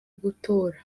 gutora